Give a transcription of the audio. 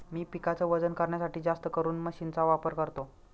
मी पिकाच वजन करण्यासाठी जास्तकरून मशीन चा वापर करतो